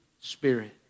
spirit